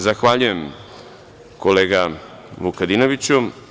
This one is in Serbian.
Zahvaljujem, kolega Vukadinoviću.